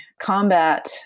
combat